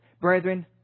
Brethren